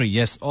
yes